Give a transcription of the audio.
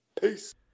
Peace